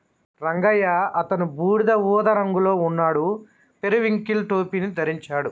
రంగయ్య అతను బూడిద ఊదా రంగులో ఉన్నాడు, పెరివింకిల్ టోపీని ధరించాడు